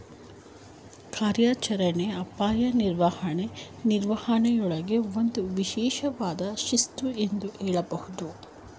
ಕಾರ್ಯಾಚರಣೆಯ ಅಪಾಯ ನಿರ್ವಹಣೆ ನಿರ್ವಹಣೆಯೂಳ್ಗೆ ಒಂದು ವಿಶೇಷವಾದ ಶಿಸ್ತು ಎಂದು ಹೇಳಬಹುದು